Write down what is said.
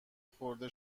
خورده